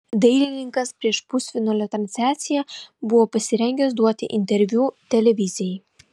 dainininkas prieš pusfinalio transliaciją buvo pasirengęs duoti interviu televizijai